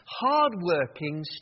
hard-working